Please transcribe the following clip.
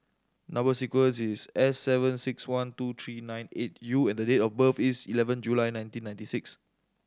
number sequence is S seven six one two three nine eight U and date of birth is eleven July nineteen ninety six